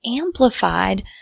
amplified